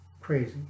crazy